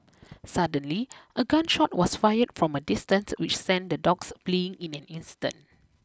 suddenly a gun shot was fired from a distance which sent the dogs fleeing in an instant